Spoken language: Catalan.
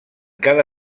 cada